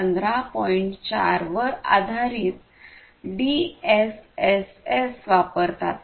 4 वर आधारित डीएसएसएस वापरतात